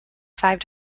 five